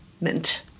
mint